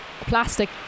plastic